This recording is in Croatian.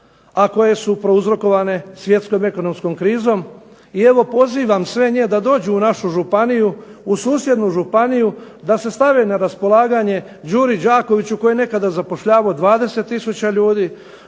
a koje su uzrokovane svjetskom ekonomskom krizom i evo pozivam sve njih da dođu u susjednu županiju, da se stavi na raspolaganje Đuri Đakoviću koji je nekada zapošljavao 20 tisuća ljudi,